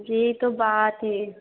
यही तो बात है